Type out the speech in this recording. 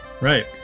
Right